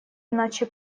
иначе